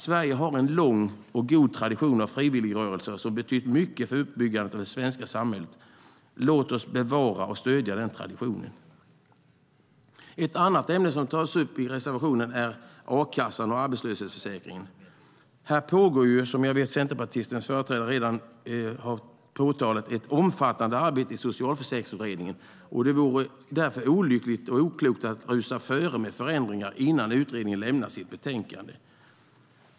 Sverige har en lång och god tradition av frivilligrörelser som har betytt mycket för uppbyggandet av det svenska samhället. Låt oss bevara och stödja den traditionen! Ett annat ämne som tas upp i reservationerna är a-kassan och arbetslöshetsförsäkringen. Som Centerpartiets företrädare redan har påtalat pågår det redan ett omfattande arbete i Socialförsäkringsutredningen. Det vore därför olyckligt och oklokt att rusa före med förändringar innan utredningen har lämnat sitt betänkande.